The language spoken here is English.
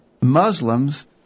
Muslims